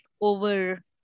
over